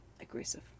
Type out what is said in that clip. aggressive